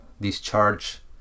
discharge